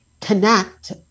connect